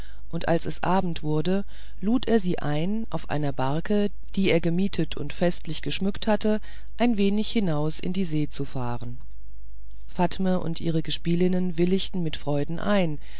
und als es abend wurde lud er sie ein auf einer barke die er gemietet und festlich geschmückt hatte ein wenig hinaus in die see zu fahren fatme und ihre gespielinnen willigten mit freuden ein